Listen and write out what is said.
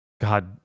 god